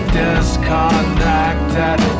disconnected